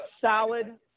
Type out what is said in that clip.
Solid